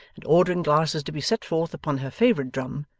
and ordering glasses to be set forth upon her favourite drum,